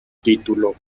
título